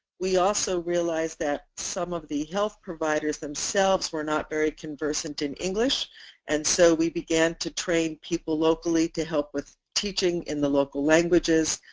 we also realized that some of the health providers themselves were not very conversant in english and so we began to train people locally to help with teaching in the local languages.